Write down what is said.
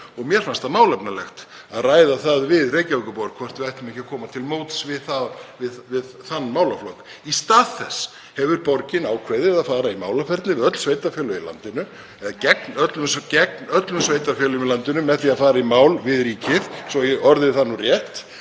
Mér fannst málefnalegt að ræða það við Reykjavíkurborg hvort við ættum ekki koma til móts við þann málaflokk. Í stað þess hefur borgin ákveðið að fara í málaferli við öll sveitarfélög í landinu eða gegn öllum sveitarfélögum í landinu með því að fara í mál við ríkið, svo ég orði það nú rétt,